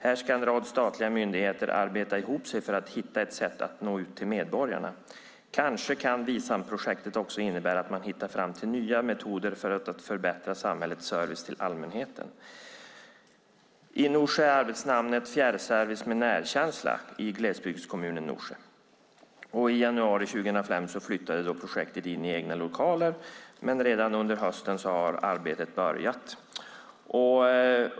Här ska en rad statliga myndigheter arbeta ihop för att hitta sätt att nå ut till medborgarna. Kanske kan VISAM-projektet också innebära att man hittar fram till metoder att förbättra samhällets service till allmänheten. I Norsjö är arbetsnamnet 'Fjärrservice med närkänsla i glesbygdskommunen Norsjö'." I januari 2005 flyttade projektet in i egna lokaler, men redan under hösten hade arbetet börjat.